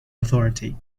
authority